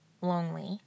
lonely